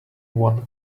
one